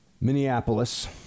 Minneapolis